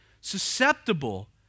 susceptible